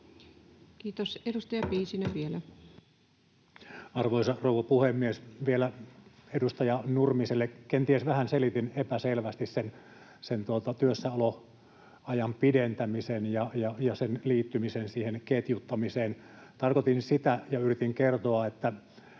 Time: 21:39 Content: Arvoisa rouva puhemies! Vielä edustaja Nurmiselle: Kenties selitin vähän epäselvästi sen työssäoloajan pidentämisen ja sen liittymisen ketjuttamiseen. Tarkoitin ja yritin kertoa sitä,